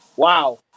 wow